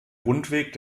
rundweg